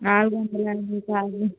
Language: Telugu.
నాలుగు వందల ఎనభైకా ఇది